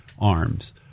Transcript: arms